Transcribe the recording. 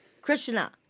Krishna